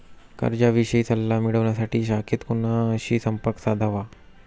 कर्जाविषयी सल्ला मिळवण्यासाठी शाखेत कोणाशी संपर्क साधावा?